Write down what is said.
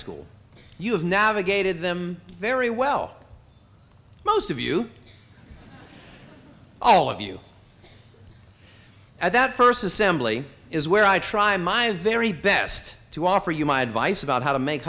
school you have navigated them very well most of you all of you at that first assembly is where i try my very best to offer you my advice about how to make